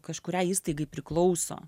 kažkuriai įstaigai priklauso